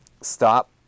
stop